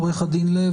עורך הדין לב,